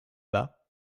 bas